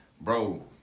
bro